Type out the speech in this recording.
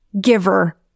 giver